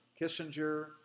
Kissinger